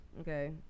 Okay